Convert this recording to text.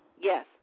Yes